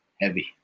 heavy